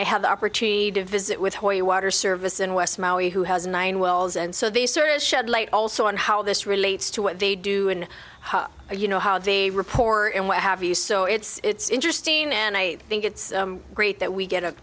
i have the opportunity to visit with hoya water service in west maui who has nine wells and so the service shed light also on how this relates to what they do and you know how they report and what have you so it's interesting and i think it's great that we get a